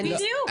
בדיוק.